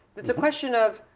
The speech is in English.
it's a question of,